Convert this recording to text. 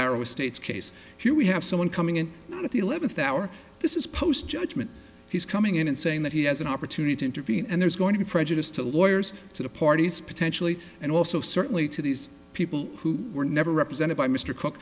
the state's case here we have someone coming in at the eleventh hour this is post judgment he's coming in and saying that he has an opportunity to intervene and there's going to be prejudiced to lawyers to the parties potentially and also certainly to these people who were never represented by mr cook